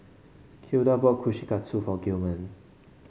Hilda bought Kushikatsu for Gilman